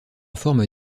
forme